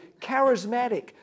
charismatic